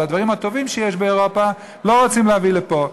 אבל את הדברים הטובים שיש באירופה לא רוצים להביא לפה.